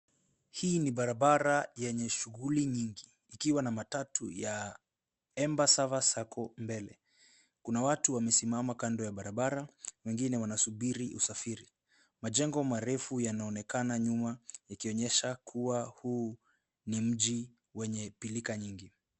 Hii ni barabara yenye shughuli nyingi, ikiwa na matatu ya Embassava sacco mbele. Kuna watu wamesimama kando ya barabara ,wengine wanasubiri usafiri. Majengo marefu yanonekana nyuma ikionyesha kuwa huu ni mji wenye pilka nyingi.